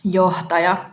johtaja